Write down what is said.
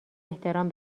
احترام